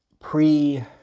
pre